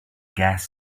gas